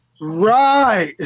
Right